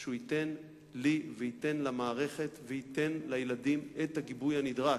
שהוא ייתן לי וייתן למערכת וייתן לילדים את הגיבוי הנדרש.